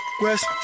west